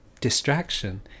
distraction